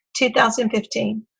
2015